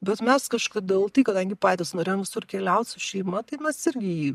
bet mes kažkodėl tai kadangi patys norėjom visur keliaut su šeima tai mes irgi jį